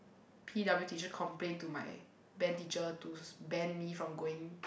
p_w teacher complain to my band teacher to s~ ban me from going